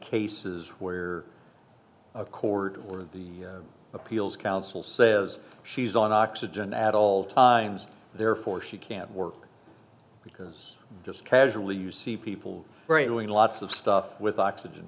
cases where a court or the appeals council says she's on oxygen at all times therefore she can't work because just casually you see people doing lots of stuff with oxygen